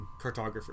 Cartographer